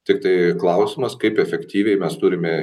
tiktai klausimas kaip efektyviai mes turime